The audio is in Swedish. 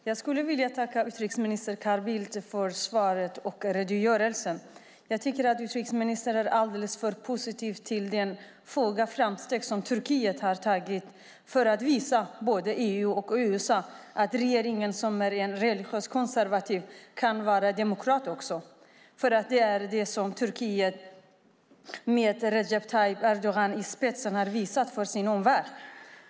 Fru talman! Jag vill tacka utrikesminister Carl Bildt för svaret och redogörelsen. Jag tycker att utrikesministern är alldeles för positiv till de få steg framåt som Turkiet har tagit för att visa både EU och USA att regeringen som är religiös och konservativ också kan vara demokratisk. Det har Turkiet med Recep Tayyip Erdogan i spetsen visat för omvärlden.